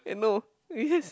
and no is just